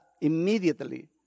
immediately